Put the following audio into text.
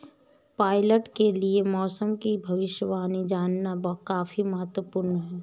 pilot के लिए मौसम की भविष्यवाणी जानना काफी महत्त्वपूर्ण है